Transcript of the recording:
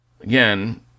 again